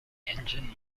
engine